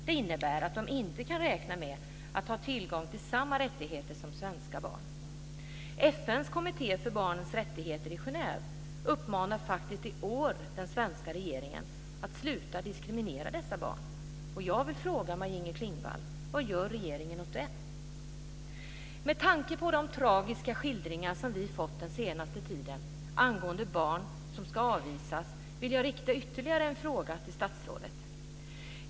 Det innebär att de inte kan räkna med att ha tillgång till samma rättigheter som svenska barn. Med tanke på de tragiska skildringar som vi fått den senaste tiden angående barn som ska avvisas vill jag rikta ytterligare en fråga till statsrådet.